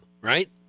right